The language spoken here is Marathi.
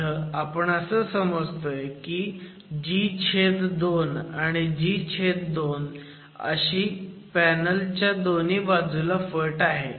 इथं आपण असं समजतोय की g2 आणि g2 एवढी पॅनल च्या दोन्ही बाजूला फट आहे